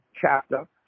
chapter